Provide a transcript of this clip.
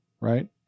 right